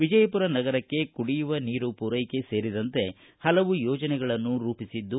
ವಿಜಯಪುರ ನಗರಕ್ಕೆ ಕುಡಿಯುವ ನೀರು ಪೂರೈಕೆ ಸೇರಿದಂತೆ ಹಲವು ಯೋಜನೆಗಳನ್ನು ರೂಪಿಸಿದ್ದು